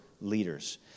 leaders